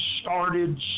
started